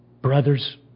brothers